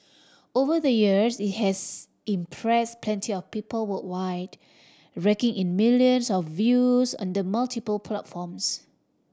over the years it has impress plenty of people worldwide raking in millions of views on the multiple platforms